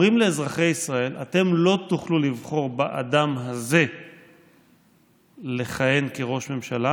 אומרים לאזרחי ישראל: אתם לא תוכלו לבחור באדם הזה לכהן כראש ממשלה